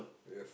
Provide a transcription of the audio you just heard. ya